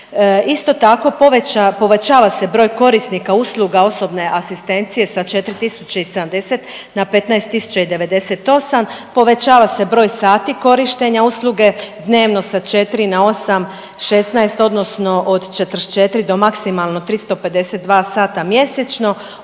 poveća, povećava se broj korisnika usluga osobne asistencije sa 4.070 na 15.098, povećava se broj sati korištenja usluge dnevno sa 4 na 8, 16 odnosno od 44 do maksimalno 352 sata mjesečno